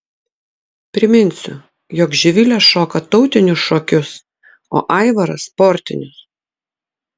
priminsiu jog živilė šoka tautinius šokius o aivaras sportinius